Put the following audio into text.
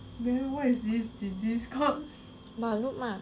lah